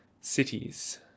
Cities